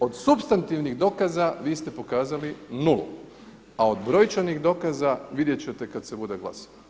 Od supstantivnih dokaza vi ste pokazali nulu, a od brojčanih dokaza vidjet ćete kad se bude glasovalo.